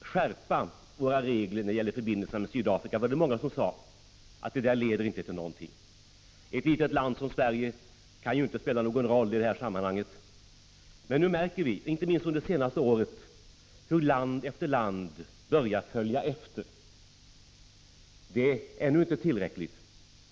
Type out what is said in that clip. skärpa våra regler när det gäller förbindelser med Sydafrika, var det många som sade att det inte kommer att leda till någonting. Ett litet land som Sverige kan inte spela någon roll i det sammanhanget. Men nu märker vi, inte minst under det senaste året, hur land efter land börjat följa efter. Det är ändå inte tillräckligt.